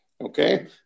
Okay